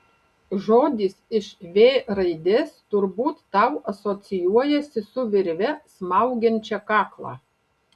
žodis iš v raidės turbūt tau asocijuojasi su virve smaugiančia kaklą